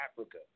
Africa